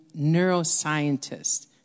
neuroscientist